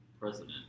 president